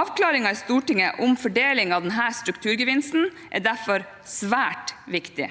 Avklaringen i Stortinget om fordelingen av denne strukturgevinsten er derfor svært viktig.